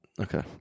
Okay